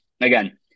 Again